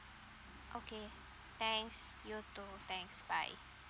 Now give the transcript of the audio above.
okay thanks you too thanks bye